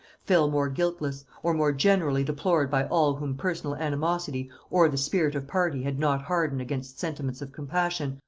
fell more guiltless, or more generally deplored by all whom personal animosity or the spirit of party had not hardened against sentiments of compassion,